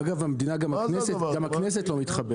אגב גם הכנסת לא מתחברת.